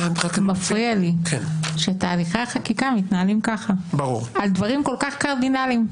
מפריע לי שתהליכי החקיקה מתנהלים ככה על דברים כל כך קרדינליים.